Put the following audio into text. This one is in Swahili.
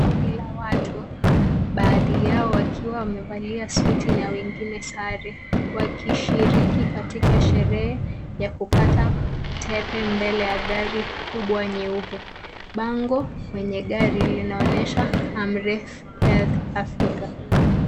Kundi la watu, baadhi yao wakiwa wamevalia suti na wengine sarec wakishiriki katika sherehe ya kukata tepe mbele ya gari kubwa nyeupe. Bango kwenye gari linaonyesha Amref Health Africa